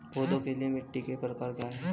पौधों के लिए मिट्टी के प्रकार क्या हैं?